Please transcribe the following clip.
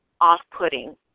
off-putting